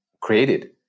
created